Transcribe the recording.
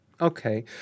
Okay